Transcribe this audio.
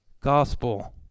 gospel